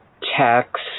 tax